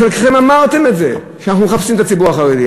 חלקכם אמרתם את זה, אנחנו מחפשים את הציבור החרדי.